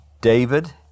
David